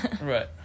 right